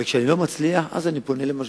וכשאני לא מצליח, אז אני פונה למשבר.